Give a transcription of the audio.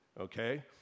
okay